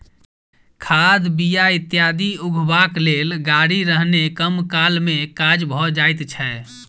खाद, बीया इत्यादि उघबाक लेल गाड़ी रहने कम काल मे काज भ जाइत छै